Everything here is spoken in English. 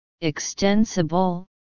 extensible